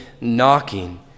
knocking